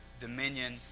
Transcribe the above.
dominion